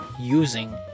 using